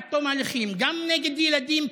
עד תום ההליכים גם נגד ילדים קטינים,